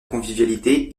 convivialité